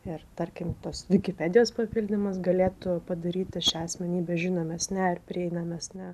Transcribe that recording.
ir tarkim tos vikipedijos papildymas galėtų padaryti šią asmenybę žinomesne ar prieinamesne